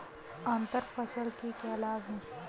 अंतर फसल के क्या लाभ हैं?